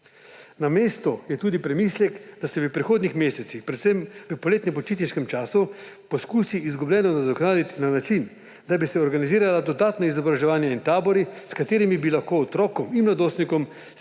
Na mestu je tudi premislek, da se v prihodnjih mesecih, predvsem v poletno počitniškem času, poskusi izgubljeno nadoknaditi na način, da bi se organizirala dodatno izobraževanje in tabori, s katerimi bi lahko otrokom in mladostnikom